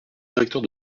directeur